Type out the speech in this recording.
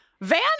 Van